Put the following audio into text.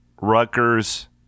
Rutgers